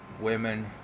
women